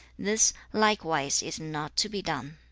this likewise is not to be done